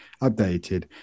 updated